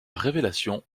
révélation